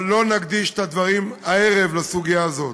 אבל לא נקדיש את הדברים הערב לסוגיה הזאת.